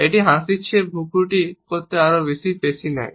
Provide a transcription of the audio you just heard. এটি হাসির চেয়ে ভ্রুকুটি করতে আরও বেশি পেশী নেয়